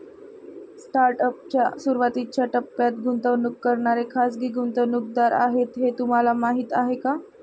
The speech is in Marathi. स्टार्टअप च्या सुरुवातीच्या टप्प्यात गुंतवणूक करणारे खाजगी गुंतवणूकदार आहेत हे तुम्हाला माहीत आहे का?